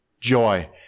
joy